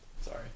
Sorry